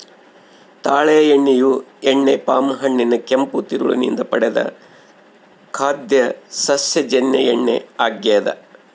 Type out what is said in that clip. ತಾಳೆ ಎಣ್ಣೆಯು ಎಣ್ಣೆ ಪಾಮ್ ಹಣ್ಣಿನ ಕೆಂಪು ತಿರುಳು ನಿಂದ ಪಡೆದ ಖಾದ್ಯ ಸಸ್ಯಜನ್ಯ ಎಣ್ಣೆ ಆಗ್ಯದ